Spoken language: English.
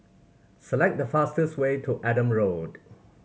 select the fastest way to Adam Road